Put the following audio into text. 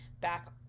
back